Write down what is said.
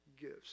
gives